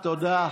תודה.